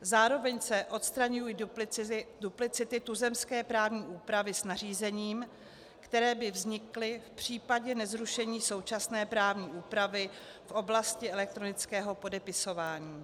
Zároveň se odstraňují duplicity tuzemské právní úpravy s nařízením, které by vznikly v případě nezrušení současné právní úpravy v oblasti elektronického podepisování.